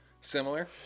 similar